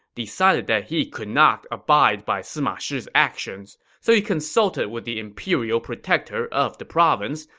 decided that he could not abide by sima shi's actions. so he consulted with the imperial protector of the province,